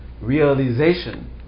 realization